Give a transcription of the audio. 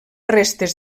restes